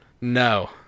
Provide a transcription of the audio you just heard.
No